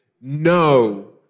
No